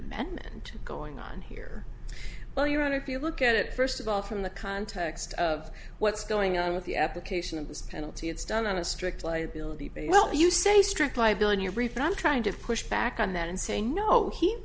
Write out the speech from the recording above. amendment going on here well you're right if you look at it first of all from the context of what's going on with the application of this penalty it's done on a strict liability but well you say strict liability everything i'm trying to push back on that and saying no he's